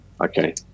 okay